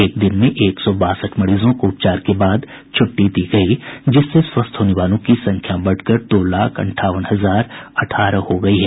एक दिन में एक सौ बासठ मरीजों को उपचार के बाद छुट्टी दी गई जिससे स्वस्थ होने वालों की संख्या बढ़कर दो लाख अंठावन हजार अठारह हो गई है